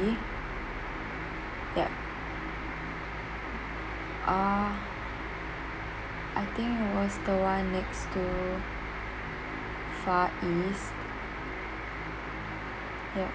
city yup uh I think it was the one next to far east yup